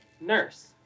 nurse